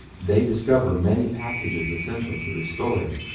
they discover many passages essential to the story,